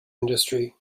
industry